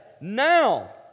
Now